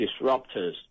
disruptors